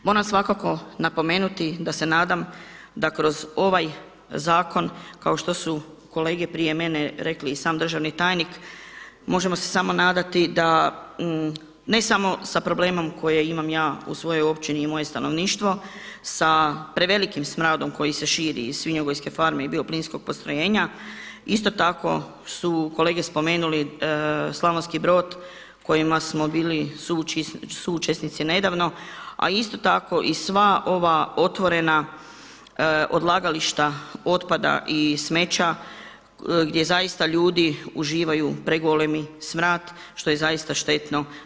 Moram svakako napomenuti da se nadam da kroz ovaj zakon kao što su kolege prije mene rekli i sam državni tajnik, možemo se sam nadati da ne samo sa problemom koje imam ja u svojoj općini i moje stanovništvo, sa prevelikim smradom koji se širi iz svinjogojske farme i bioplinskog postrojenja isto tako su kolege spomenuli Slavonski Brod kojima smo bili suučesnici nedavno a isto tako i sva ova otvorena odlagališta otpada i smeća gdje zaista ljudi uživaju pregolemi smrad što je zaista štetno.